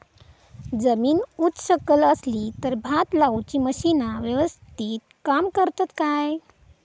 जमीन उच सकल असली तर भात लाऊची मशीना यवस्तीत काम करतत काय?